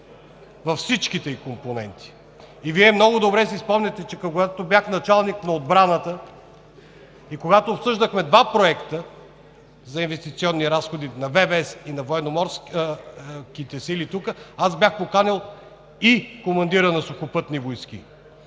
във всичките ѝ компоненти. Вие много добре си спомняте, когато бях началник на отбраната и обсъждахме два проекта за инвестиционни разходи на ВВС и на Военноморските сили, аз бях поканил и командира на Сухопътни войски,